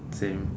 same